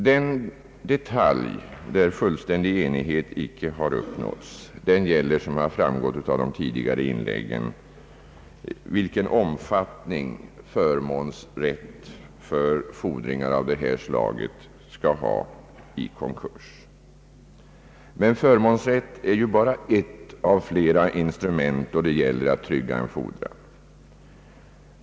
Den detalj i fråga om vilken fullständig enighet icke har uppnåtts gäller, som framgått av de tidigare inläggen, vilken omfattning förmånsrätt för fordringar av detta slag skall ha i konkurs. Men förmånsrätt är ju bara ett av flera instrument då det gäller att trygga en fordran.